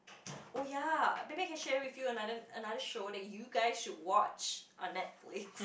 oh ya maybe I can share with you another another show that you guys should watch on Netflix